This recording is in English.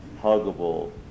huggable